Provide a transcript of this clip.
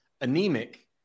anemic